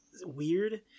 weird